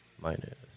minus